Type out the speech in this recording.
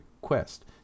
quest